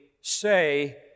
say